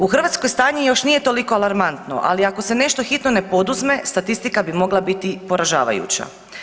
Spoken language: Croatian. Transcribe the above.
U Hrvatskoj stanje još nije toliko alarmantno, ali ako se nešto hitno ne poduzme statistika bi mogla biti poražavajuća.